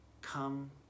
come